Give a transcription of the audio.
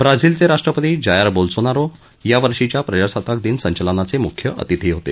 ब्राझिलचे राष्ट्रपती Jair Bolsonaro यावर्षीच्या प्रजासत्ताक दिन संचलनाचे मुख्य अतिथी होते